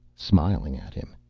smiling at him.